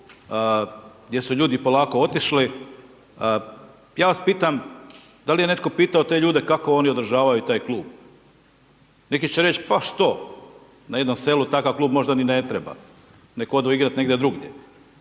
gdje su ljudi polako otišli, ja vas pitam, da li je netko pitao te ljude kako oni održavaju taj klub, neki će reć pa što, da jednom selu takav klub možda ni ne treba neka odu igrati negdje drugdje,